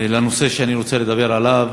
לנושא שאני רוצה לדבר עליו,